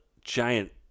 giant